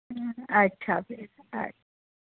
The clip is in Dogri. अच्छा फ्ही अ